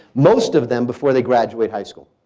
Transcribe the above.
most of them, before they graduate high school.